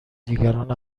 دیگران